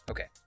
Okay